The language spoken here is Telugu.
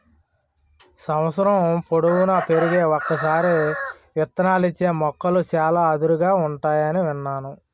సంవత్సరం పొడువునా పెరిగి ఒక్కసారే విత్తనాలిచ్చే మొక్కలు చాలా అరుదుగా ఉంటాయని విన్నాను